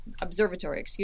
Observatory